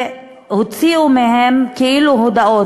והוציאו מהם כאילו-הודאות,